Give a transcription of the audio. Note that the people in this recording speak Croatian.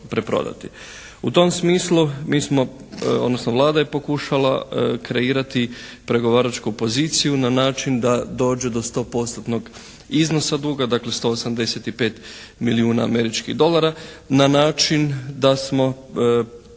smo odnosno Vlada je pokušala kreirati pregovaračku poziciju na način da dođe do 100%-tnog iznosa duga. Dakle 185 milijuna američkih dolara na način da smo